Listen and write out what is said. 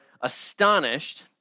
astonished